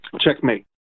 Checkmate